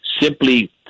simply